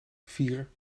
vier